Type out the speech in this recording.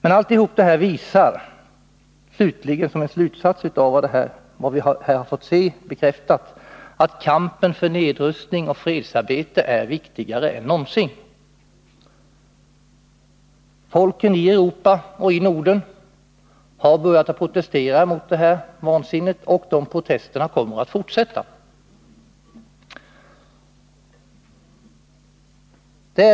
En slutsats av allt detta är att vi har fått bekräftat att fredsarbetet och kampen för nedrustning är viktigare än någonsin. Folken i Europa — och inte minst i Norden — har börjat protestera mot det vansinne som det här är fråga om, och de protesterna kommer att fortsätta.